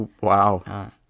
Wow